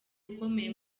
ukomeye